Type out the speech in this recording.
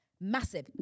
Massive